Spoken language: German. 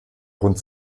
rund